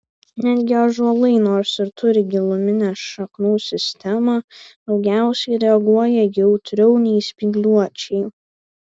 netgi ąžuolai nors ir turi giluminę šaknų sistemą daugiausiai reaguoja jautriau nei spygliuočiai